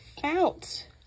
fount